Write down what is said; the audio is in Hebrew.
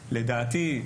לדעתי,